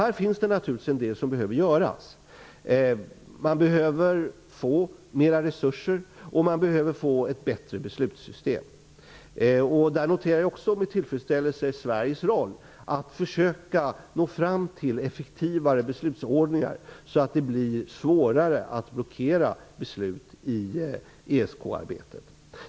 Här finns det en hel del som behöver göras: man behöver mera resurser och ett bättre beslutssystem. I det sammanhanget noterade jag också med tillfredsställelse Sveriges roll i arbetet att försöka nå fram till effektivare beslutsordningar, så att det blir svårare att blockera beslut i ESK-arbetet.